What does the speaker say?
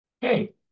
Hey